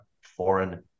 foreign